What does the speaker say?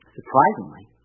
Surprisingly